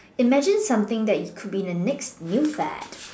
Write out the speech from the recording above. imagine something that it could be the next new fad